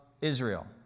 Israel